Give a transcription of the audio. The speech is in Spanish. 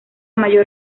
mayor